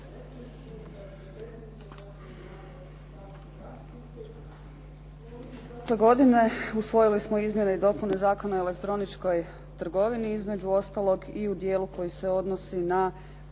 godine usvojili smo izmjene i dopune Zakona o elektroničkoj trgovini. Između ostaloga i u dijelu koji se odnosi na